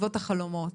בעקבות החלומות,